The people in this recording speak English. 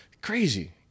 Crazy